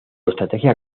estrategia